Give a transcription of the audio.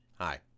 Hi